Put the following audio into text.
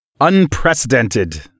Unprecedented